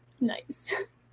nice